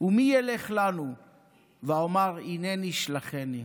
ומי ילך לנו ואומר הנני שלחני".